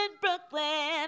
Brooklyn